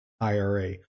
IRA